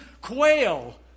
quail